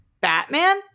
Batman